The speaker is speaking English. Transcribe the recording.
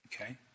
Okay